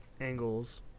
angles